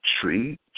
tree